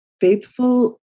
faithful